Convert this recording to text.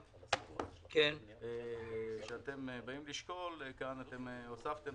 לנוהל שאתם באים לשקול, הוספתם